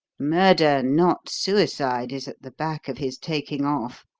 murder, not suicide, is at the back of his taking off,